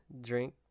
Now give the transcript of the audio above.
drink